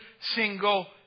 single